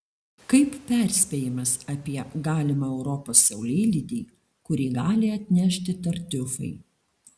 kaip perspėjimas apie galimą europos saulėlydį kurį gali atnešti tartiufai